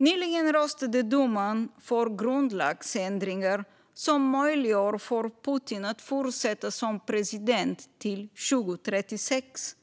Nyligen röstade duman för grundlagsändringar som möjliggör för Putin att fortsätta som president till 2036.